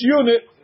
unit